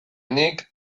nik